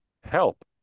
Help